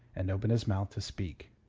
and opened his mouth to speak.